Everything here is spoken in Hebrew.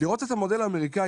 לראות את המודל האמריקאי,